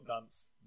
dance